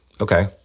Okay